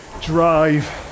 drive